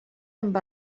amb